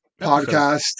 podcast